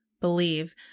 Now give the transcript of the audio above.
believe